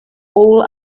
all